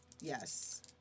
Yes